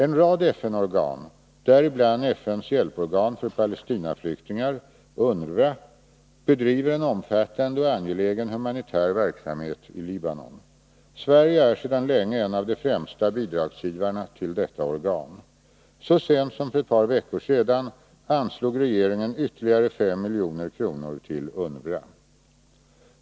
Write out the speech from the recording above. En rad FN-organ, däribland FN:s hjälporgan för Palestinaflyktingar UNRWA, bedriver en omfattande och angelägen humanitär verksamhet i Libanon. Sverige är sedan länge en av de främsta bidragsgivarna till detta organ. Så sent som för ett par veckor sedan anslog regeringen ytterligare 5 milj.kr. till UNRWA.